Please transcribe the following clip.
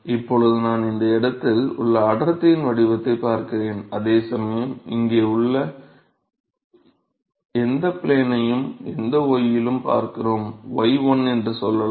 இப்போது நான் இந்த இடத்தில் உள்ள அடர்த்தியின் வடிவத்தை பார்க்கிறேன் அதே சமயம் இங்கே எந்த ப்ளேனையும் எந்த y யிலும் பார்க்கிறோம் y1 என்று சொல்லலாம்